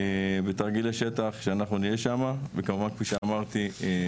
בתרגילי שטח שאנחנו נהיה שם וכמובן כפי שאמרתי,